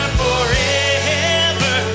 forever